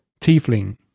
Tiefling